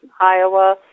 Iowa